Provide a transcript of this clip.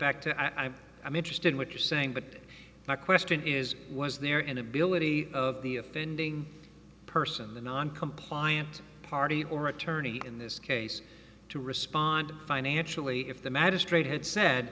back to i i'm interested in what you're saying but my question is was there an ability of the offending person the non compliant party or attorney in this case to respond financially if the magistrate had said